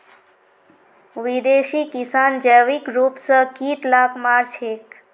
विदेशी किसान जैविक रूप स कीट लाक मार छेक